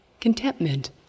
contentment